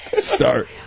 Start